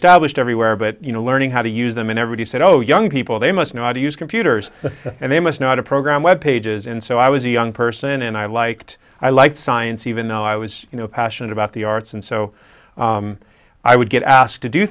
established everywhere but you know learning how to use them in every day said oh young people they must know how to use computers and they must not a program web pages and so i was a young person and i liked i liked science even though i was you know passionate about the arts and so i would get asked to do